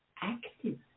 active